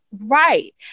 right